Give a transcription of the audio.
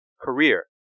career